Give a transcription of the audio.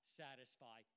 satisfy